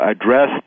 address